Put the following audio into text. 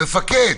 מפקד